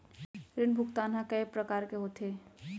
ऋण भुगतान ह कय प्रकार के होथे?